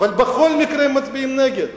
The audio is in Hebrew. אבל בכל מקרה הם מצביעים נגד.